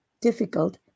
difficult